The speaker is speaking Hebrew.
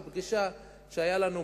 בפגישה שהיתה לנו,